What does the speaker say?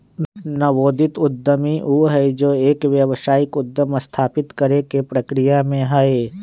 नवोदित उद्यमी ऊ हई जो एक व्यावसायिक उद्यम स्थापित करे के प्रक्रिया में हई